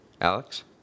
Alex